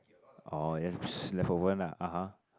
orh that's leftover lah (uh huh)